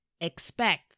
Expect